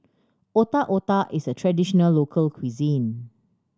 Otak Otak is a traditional local cuisine